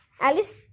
alice